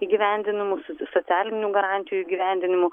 įgyvendinimu su socialinių garantijų įgyvendinimu